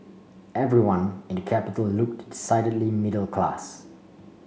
everyone in the capital looked decidedly middle class